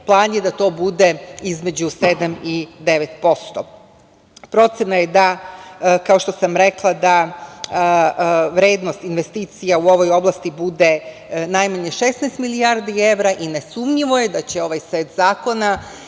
plan je da to bude između 7% i 9%.Procena je da vrednost investicija u ovoj oblasti bude najmanje 16 milijardi evra, i ne sumnjivo je da će ovaj set zakona